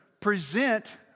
present